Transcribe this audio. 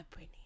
Britney